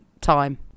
time